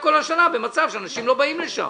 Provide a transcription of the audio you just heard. במצב שאנשים לא באים לשם